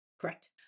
Correct